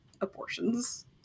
abortions